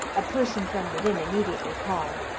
a person from within immediately called,